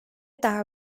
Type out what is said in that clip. daha